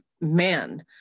man